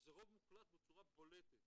וזה רוב מוחלט בצורה בולטת